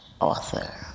author